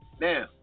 now